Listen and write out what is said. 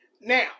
Now